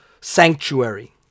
sanctuary